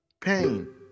Pain